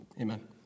Amen